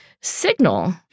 signal